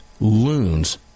loons